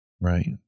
right